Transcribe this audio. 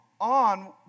on